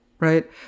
Right